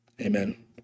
Amen